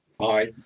Hi